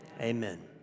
amen